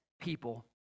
people